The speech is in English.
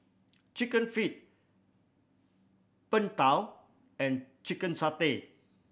Chicken Feet Png Tao and chicken satay